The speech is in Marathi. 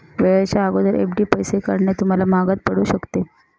वेळेच्या अगोदर एफ.डी पैसे काढणे तुम्हाला महागात पडू शकते